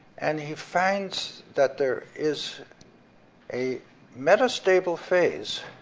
and he finds that there is a metastable phase